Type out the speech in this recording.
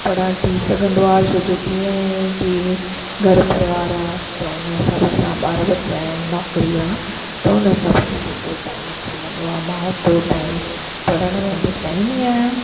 पढ़ण थी सघंदो आह् छो जो कीअं आहे की घर परिवार आहे त हुन हिसाबु सां ॿार बच्चा आहिनि नौकिरी आहे त हुन हिसाबु सां जेतिरो टाइम मूंखे मिलंदो आहे मां ओतिरो टाइम पढ़ण में बिताईंदी आहियां